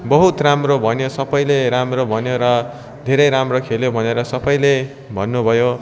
बहुत राम्रो भन्यो सबैले राम्रो भन्यो र धेरै राम्रो खेल्यो भनेर सबैले भन्नुभयो